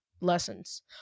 lessons